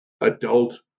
adult